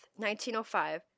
1905